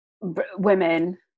women